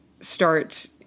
start